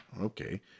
okay